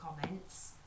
comments